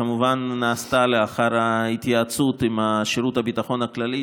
שכמובן נעשתה לאחר התייעצות עם שירות הביטחון הכללי,